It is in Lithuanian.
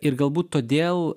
ir galbūt todėl